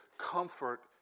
Comfort